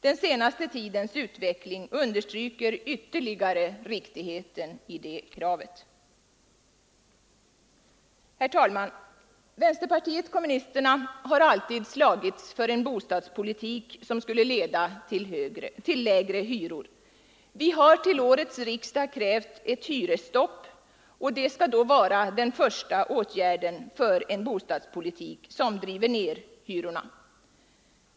Den senaste tidens utveckling understryker ytterligare riktigheten i det kravet. Herr talman! Vänsterpartiet kommunisterna har alltid slagits för en bostadspolitik som skulle leda till lägre hyror. Vi har till årets riksdag krävt att hyresstopp skall vara den första åtgärden för en bostadspolitik som driver ned hyrorna.